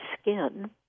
skin